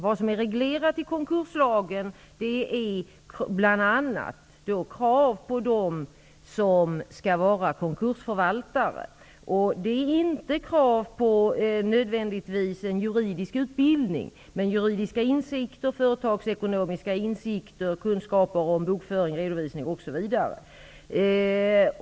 Vad som är reglerat i konkurslagen är bl.a. kraven på dem som skall vara konkursförvaltare. Det ställs inte krav på någon juridisk utbildning men krav på juridiska och företagsekonomiska insikter samt kunskaper om bokföring, redovisning osv.